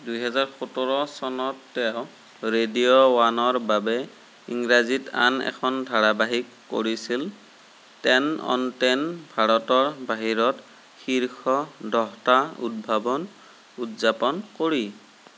দুহেজাৰ সোতৰ চনত তেওঁ ৰেডিঅ' ৱানৰ বাবে ইংৰাজীত আন এখন ধাৰাবাহিক কৰিছিল 'টেন অ'ন টেন ' ভাৰতৰ বাহিৰত শীৰ্ষ দহটা উদ্ভাৱন উদযাপন কৰি